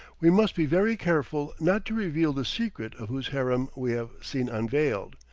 we must be very careful not to reveal the secret of whose harem we have seen unveiled,